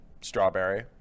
strawberry